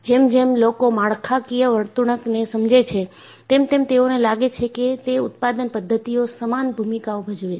જેમ જેમ લોકો માળખાકીય વર્તણૂકને સમજે છે તેમ તેમ તેઓને લાગે છે કે તે ઉત્પાદન પદ્ધતિઓ સમાન ભૂમિકાઓ ભજવે છે